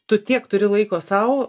tu tiek turi laiko sau